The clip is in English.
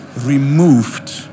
removed